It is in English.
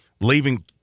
leaving